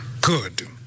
Good